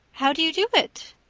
how do you do it?